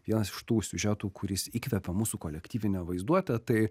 vienas iš tų siužetų kuris įkvepia mūsų kolektyvinę vaizduotę tai